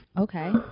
Okay